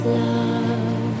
love